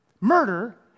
Murder